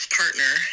partner